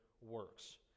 works